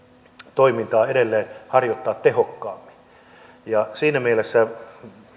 toimintaa edelleen harjoittaa tehokkaammin siinä mielessä